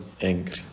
angry